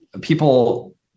people